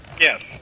Yes